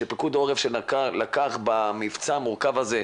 שפיקוד העורף שלקח במבצע המורכב הזה,